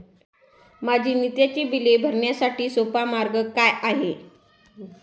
माझी नित्याची बिले भरण्यासाठी सोपा मार्ग काय आहे?